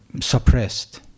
suppressed